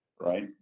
right